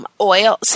oil